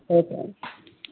okay